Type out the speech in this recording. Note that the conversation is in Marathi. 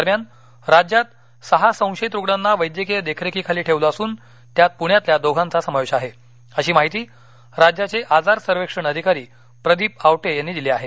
दरम्यान राज्यात सहा संशयित रुग्णांना वैद्यकीय देखरेखी ठेवलं असुन त्यात पुण्यातल्या दोघांचा समावेश आहे अशी माहिती राज्याचे आजार सर्वेक्षण अधिकारी प्रदीप आवटे यांनी दिली आहे